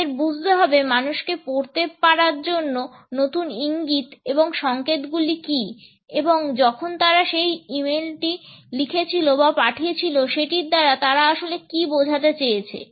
আমাদের বুঝতে হবে মানুষকে পড়তে পারার জন্য নতুন ইঙ্গিত এবং সংকেতগুলি কী এবং যখন তারা সেই ই মেইলটি লিখেছিলো বা পাঠিয়েছিল সেটির দ্বারা তারা আসলে কি বোঝাতে চেয়েছে